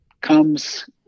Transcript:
comes